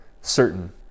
certain